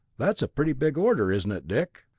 that's a pretty big order, isn't it, dick?